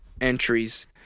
entries